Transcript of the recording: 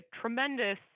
tremendous